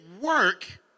work